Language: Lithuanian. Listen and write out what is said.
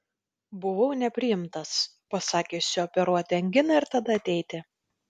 buvau nepriimtas pasakė išsioperuoti anginą ir tada ateiti